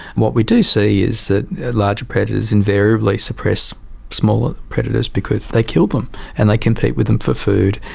what we do see is that larger predators invariably suppress smaller predators because they kill them and they compete with them for food,